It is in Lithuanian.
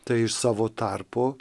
tai iš savo tarpo